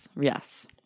Yes